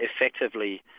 Effectively